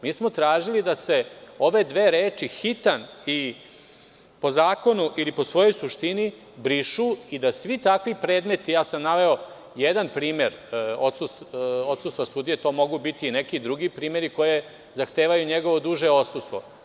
Mi smo tražili da se ove dve reči „hitan po zakonu ili po svojoj suštini“ brišu i da svi takvi predmeti, naveo sam jedan primer odsustva sudije, a to mogu biti i neki drugi primeri koje zahtevaju njegovo duže odsustvo.